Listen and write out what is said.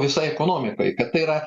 visai ekonomikai kad tai yra